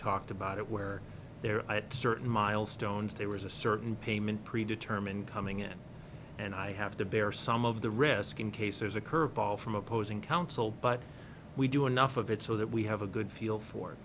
talked about it where they're at certain milestones there was a certain payment predetermine coming in and i have to bear some of the risk in case there's a curveball from opposing counsel but we do enough of it so that we have a good feel for